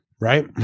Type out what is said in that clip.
right